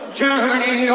journey